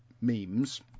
memes